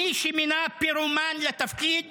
מי שמינה פירומן לתפקיד